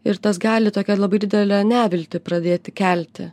ir tas gali tokią labai didelę neviltį pradėti kelti